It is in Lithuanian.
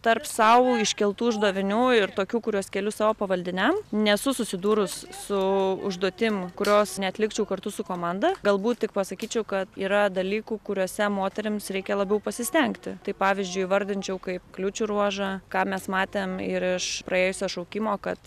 tarp sau iškeltų uždavinių ir tokių kuriuos keliu savo pavaldiniam nesu susidūrus su užduotim kurios neatlikčiau kartu su komanda galbūt tik pasakyčiau kad yra dalykų kuriuose moterims reikia labiau pasistengti tai pavyzdžiui įvardinčiau kaip kliūčių ruožą ką mes matėm ir iš praėjusio šaukimo kad